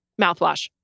mouthwash